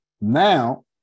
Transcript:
Now